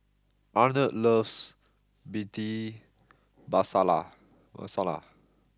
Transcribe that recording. Arnold loves Bhindi Masala Masala